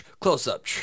close-up